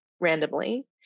randomly